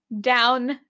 Down